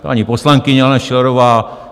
Paní poslankyně Alena Schillerová.